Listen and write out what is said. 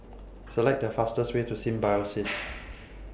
Select The fastest Way to Symbiosis